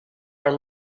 are